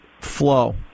flow